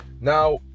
Now